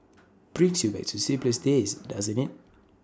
brings you back to simplest days doesn't IT